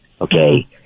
Okay